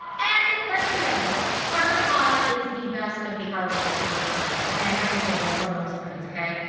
and let's be honest, harvard law is the best of the harvard graduate programs. ok. i can say this. we're amongst friends. ok.